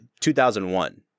2001